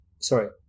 sorry